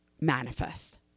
manifest